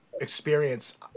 experience